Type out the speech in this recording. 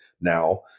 now